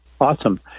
Awesome